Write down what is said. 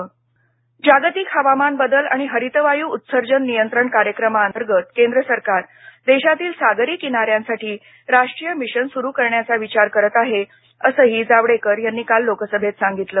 जावडेकर जागतिक हवामान बदल आणि हरितवायू उत्सर्जन नियंत्रण कार्यक्रमाअंतर्गत केंद्र सरकार देशातील सागरी किनाऱ्यांसाठी राष्ट्रीय मिशन सुरु करण्याचा विचार करत आहे असंही जावडेकर यांनी काल लोकसभेत सांगितलं